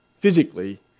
Physically